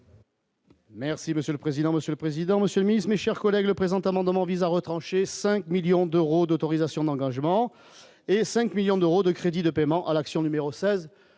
Merci monsieur le président, Monsieur le président, Monsieur le Ministre, mes chers collègues, le présent amendement vise à retrancher 5 millions d'euros d'autorisations d'engagement et 5 millions d'euros de crédits de paiement à l'action numéro 16